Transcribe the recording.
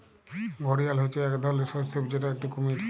ঘড়িয়াল হচ্যে এক ধরলর সরীসৃপ যেটা একটি কুমির